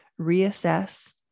reassess